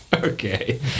Okay